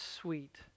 sweet